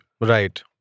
right